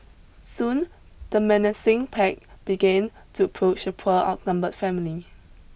soon the menacing pack began to approach the poor outnumbered family